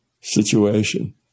situation